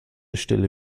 stelle